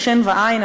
בשן ועין,